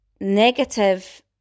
negative